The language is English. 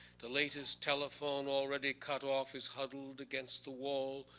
the latest telephone already cut off is huddled against the wall,